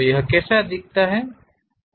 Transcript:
यह कैसा दिखता है